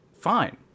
fine